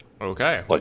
Okay